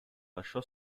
lasciò